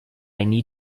need